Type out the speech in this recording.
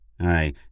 I